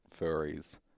furries